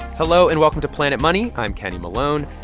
hello, and welcome to planet money. i'm kenny malone.